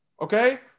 Okay